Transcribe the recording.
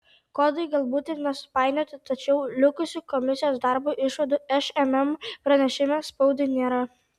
kodai galbūt ir nesupainioti tačiau likusių komisijos darbo išvadų šmm pranešime spaudai nėra